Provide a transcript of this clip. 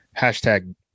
hashtag